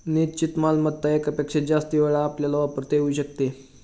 निश्चित मालमत्ता एकापेक्षा जास्त वेळा आपल्याला वापरता येऊ शकते